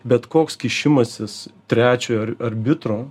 bet koks kišimasis trečio arbitro